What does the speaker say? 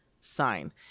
sign